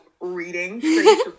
reading